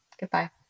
Goodbye